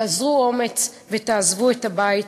תאזרו אומץ ותעזבו את הבית,